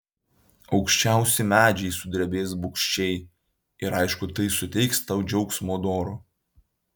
aukščiausi medžiai sudrebės bugščiai ir aišku tai suteiks tau džiaugsmo doro